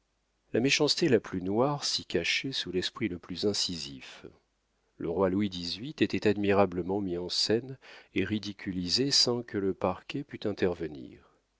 la méchanceté la plus noire s'y cachait sous l'esprit le plus incisif le roi louis xviii y était admirablement mis en scène et ridiculisé sans que le parquet pût intervenir